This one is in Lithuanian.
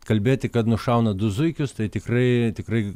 kalbėti kad nušauna du zuikius tai tikrai tikrai